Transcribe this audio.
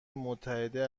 متحده